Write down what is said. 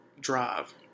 drive